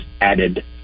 added